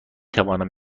توانم